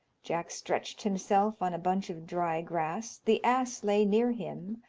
jack stretched himself on a bunch of dry grass, the ass lay near him,